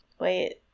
wait